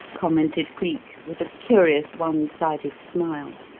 commented cleek with a curious one-sided smile.